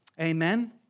Amen